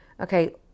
okay